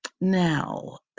Now